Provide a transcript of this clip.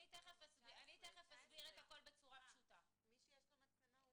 מי שיש לו מצלמה הוא